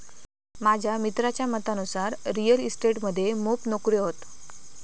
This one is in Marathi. माझ्या मित्राच्या मतानुसार रिअल इस्टेट मध्ये मोप नोकर्यो हत